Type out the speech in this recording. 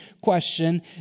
question